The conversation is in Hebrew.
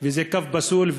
וזה קו פסול,